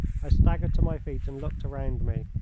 i staggered to my feet and looked around me.